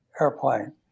airplane